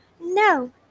No